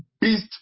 beast